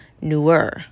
newer